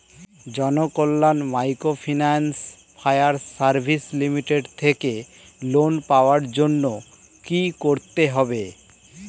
Janakalyan microfinance fire service limited থেকে loan পাওয়ার জন্য কি করতে হবে?